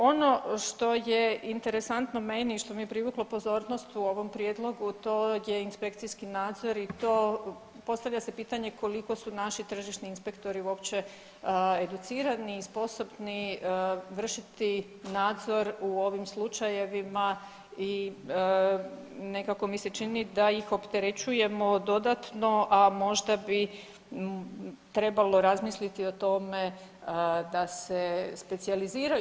Ono što je interesantno meni i što mi je privuklo pozornost u ovom prijedlogu to je inspekcijski nadzor i to postavlja se pitanje koliko su naši tržišni inspektori uopće educirani i sposobni vršiti nadzor u ovim slučajevima i nekako mi se čini da ih opterećujemo dodatno a možda bi trebalo razmisliti o tome da se specijaliziraju.